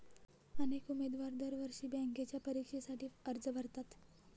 अनेक उमेदवार दरवर्षी बँकेच्या परीक्षेसाठी अर्ज भरतात